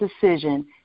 decision